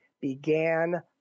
began